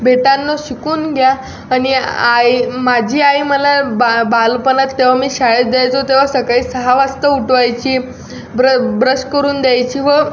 बेट्यांनो शिकून घ्या आणि आई माझी आई मला बा बालपणात तेव्हा मी शाळेत जायचो तेव्हा सकाळी सहा वाजता उठवायची ब्र ब्रश करून द्यायची व